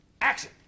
action